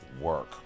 work